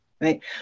right